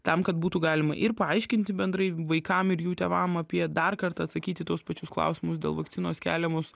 tam kad būtų galima ir paaiškinti bendrai vaikam ir jų tėvam apie dar kartą atsakyti į tuos pačius klausimus dėl vakcinos keliamus